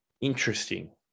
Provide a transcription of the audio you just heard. Interesting